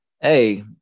Hey